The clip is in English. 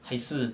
还是